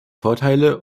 vorteile